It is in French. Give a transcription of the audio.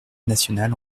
nationale